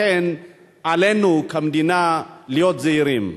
לכן, עלינו כמדינה להיות זהירים.